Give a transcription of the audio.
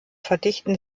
verdichten